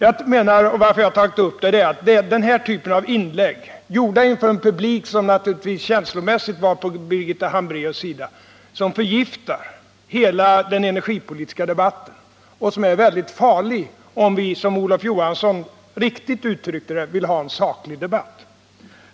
Anledningen till att jag har tagit upp detta är att denna typ av inlägg, gjorda inför en publik som naturligtvis känslomässigt var på Birgitta Hambraeus sida, förgiftar hela den energipolitiska debatten och är väldigt farlig om vi, som Olof Johansson uttryckte det, vill ha en saklig debatt.